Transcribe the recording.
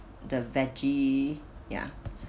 the vege ya